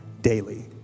daily